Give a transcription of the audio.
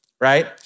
right